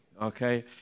Okay